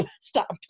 stop